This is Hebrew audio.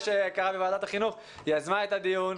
היא יזמה את הדיון.